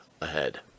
ahead